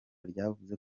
ryavuze